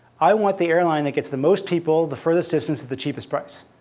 i want the airline that gets the most people the furthest distance at the cheapest price.